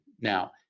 now